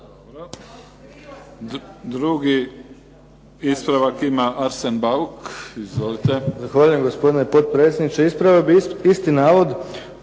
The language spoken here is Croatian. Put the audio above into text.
Drugi ispravak ima Arsen Bauk.